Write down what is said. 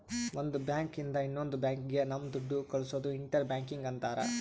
ಒಂದ್ ಬ್ಯಾಂಕ್ ಇಂದ ಇನ್ನೊಂದ್ ಬ್ಯಾಂಕ್ ಗೆ ನಮ್ ದುಡ್ಡು ಕಳ್ಸೋದು ಇಂಟರ್ ಬ್ಯಾಂಕಿಂಗ್ ಅಂತಾರ